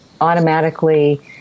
automatically